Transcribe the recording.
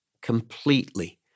completely